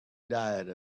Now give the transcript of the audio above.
diet